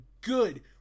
good